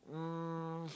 um